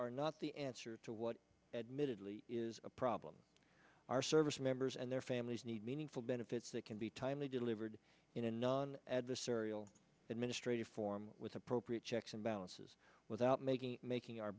are not the answer to what admittedly is a problem our service members and their families need meaningful benefits that can be timely delivered in a non ad the serial administrative form with appropriate checks and balances without making making our